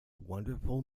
wonderful